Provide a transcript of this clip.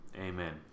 Amen